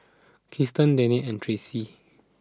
Krysten Denny and Tracy